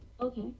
Okay